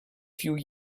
few